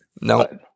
No